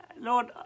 Lord